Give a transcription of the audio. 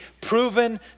proven